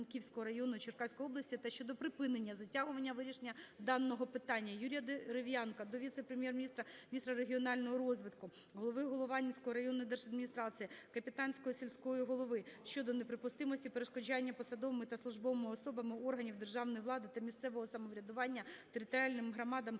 Маньківського району Черкаської області та щодо припинення затягування вирішення даного питання. Юрія Дерев'янка до віце-прем’єр-міністра - міністра регіонального розвитку, голови Голованівської районної держадміністрації, Капітанського сільського голови щодо неприпустимості перешкоджання посадовими та службовими особами органів державної влади та місцевого самоврядування територіальним громадам